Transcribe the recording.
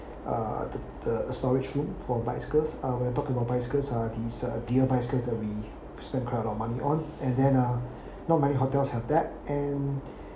uh the the storage room for bicycles uh when we're talk about bicycles are these uh dear bicycles that we spent quite a lot of money on and then ah not many hotels have that and